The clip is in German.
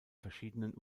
verschiedenen